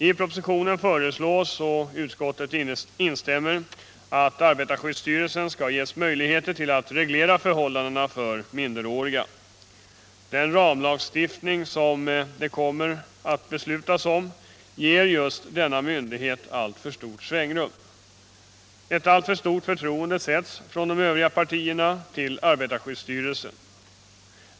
I propositionen föreslås — och utskottet instämmer i det — att arbetarskyddsstyrelsen skall ges möjligheter att reglera förhållandena för minderåriga. Den ramlagstiftning som det kommer att beslutas om ger just denna myndighet för stort svängrum. Övriga partier har alltför stort förtroende för arbetarskyddsstyrelsen.